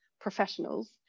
professionals